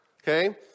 Okay